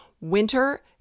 Winter